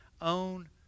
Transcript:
own